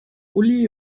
uli